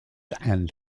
and